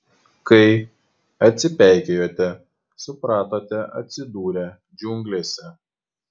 kai atsipeikėjote supratote atsidūrę džiunglėse